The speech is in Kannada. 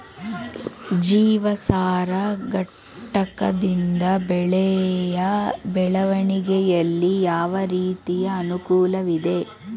ಜೀವಸಾರ ಘಟಕದಿಂದ ಬೆಳೆಯ ಬೆಳವಣಿಗೆಯಲ್ಲಿ ಯಾವ ರೀತಿಯ ಅನುಕೂಲವಿದೆ?